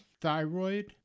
thyroid